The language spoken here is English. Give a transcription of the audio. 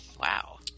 Wow